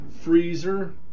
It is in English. freezer